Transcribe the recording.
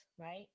right